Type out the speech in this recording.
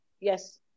Yes